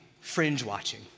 fringe-watching